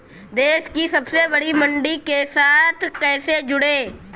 देश की सबसे बड़ी मंडी के साथ कैसे जुड़ें?